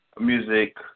music